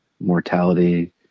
mortality